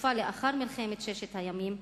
בתקופה שלאחר מלחמת ששת הימים,